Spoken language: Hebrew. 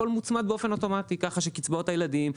הכל מוצמד באופן אוטומטי ככה שקצבאות הילדים,